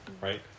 right